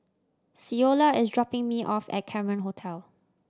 Ceola is dropping me off at Cameron Hotel